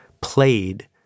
played